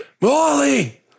molly